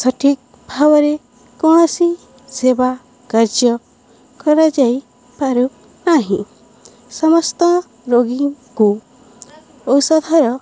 ସଠିକ୍ ଭାବରେ କୌଣସି ସେବା କାର୍ଯ୍ୟ କରାଯାଇପାରୁ ନାହିଁ ସମସ୍ତ ରୋଗୀଙ୍କୁ ଔଷଧର